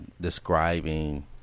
describing